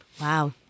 Wow